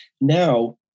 Now